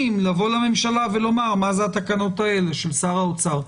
לבוא לממשלה ולומר מה זה התקנות האלה של שר האוצר.